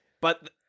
but-